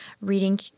reading